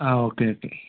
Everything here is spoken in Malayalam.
ആ ഓക്കെ ഓക്കെ